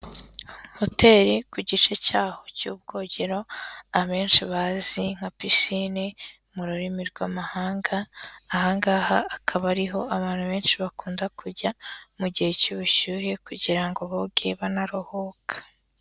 Hoteli ku gice cyaho cy'ubwogero abenshi bazi nka pisine mu rurimi rw'amahanga, aha ngaha akaba ariho abantu benshi bakunda kujya mu gihe cy'ubushyuhe kugira ngo boge, banaruhuka.